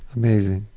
amazing.